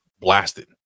blasted